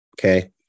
okay